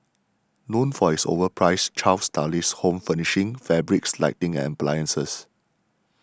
known for its overpriced chic stylish home furnishings fabrics lighting and appliances